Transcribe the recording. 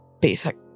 basic